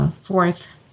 Fourth